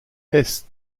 est